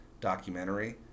documentary